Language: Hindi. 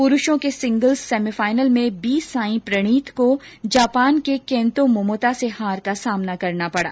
पुरूषों के सिंगल्स सेमीफाइनल में बी साई प्रणीत को जापान के केन्तो मोमोता से हार का सामना करना पड़ा